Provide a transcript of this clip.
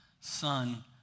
son